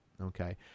okay